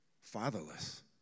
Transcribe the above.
fatherless